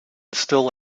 still